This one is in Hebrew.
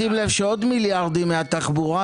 שים לב שעוד מיליארדים בתחבורה,